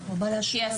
כן, הוא בא להשמיע והלך.